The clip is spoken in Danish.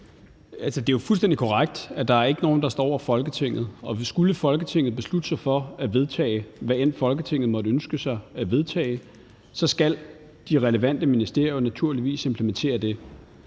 Det er jo fuldstændig korrekt, at der ikke er nogen, der står over Folketinget, og skulle Folketinget beslutte sig for at vedtage, hvad end Folketinget måtte ønske at vedtage, skal de relevante ministerier naturligvis implementere det.